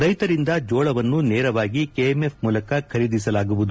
ರೈತರಿಂದ ಜೋಳವನ್ನು ನೇರವಾಗಿ ಕೆಎಂಎಫ್ ಮೂಲಕ ಖರೀದಿಸಲಾಗುವುದು